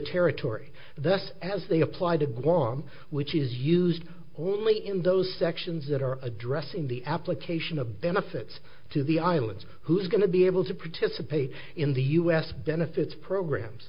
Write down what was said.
territory thus as they apply to guam which is used only in those sections that are addressing the application of benefits to the islands who is going to be able to participate in the us benefits programs